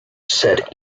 set